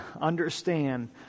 understand